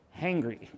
hangry